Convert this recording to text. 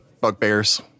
bugbears